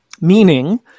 Meaning